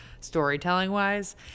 Storytelling-wise